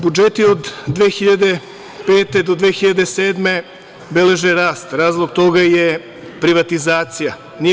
Budžeti od 2005. do 2007. godine beleže rast, a razlog toga je privatizacija.